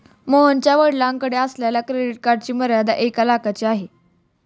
मोहनच्या वडिलांकडे असलेल्या क्रेडिट कार्डची मर्यादा एक लाखाची आहे